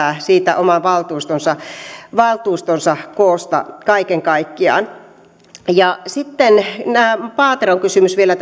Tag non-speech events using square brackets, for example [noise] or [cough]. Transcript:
siitä oman valtuustonsa valtuustonsa koosta kaiken kaikkiaan sitten paateron kysymys vielä [unintelligible]